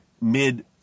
mid